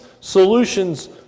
solutions